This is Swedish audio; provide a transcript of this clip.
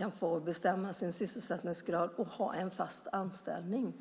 att få bestämma sin sysselsättningsgrad och få en fast anställning.